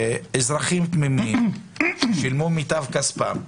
אזרחים תמימים ששילמו במיטב כספם,